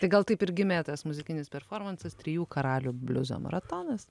tai gal taip ir gimė tas muzikinis performansas trijų karalių bliuzo maratonas